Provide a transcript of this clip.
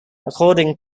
according